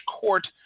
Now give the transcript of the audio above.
court